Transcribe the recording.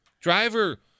Driver